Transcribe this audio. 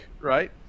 right